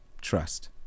trust